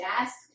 desk